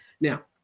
Now